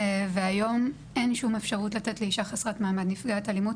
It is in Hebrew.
והיום אין שום אפשרות לתת לאישה חסרת מעמד נפגעת אלימות,